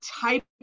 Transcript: type